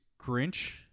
Grinch